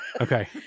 Okay